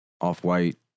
Off-White